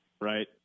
right